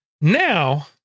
Now